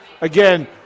Again